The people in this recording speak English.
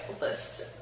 list